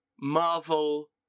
Marvel